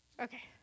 Okay